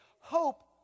Hope